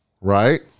Right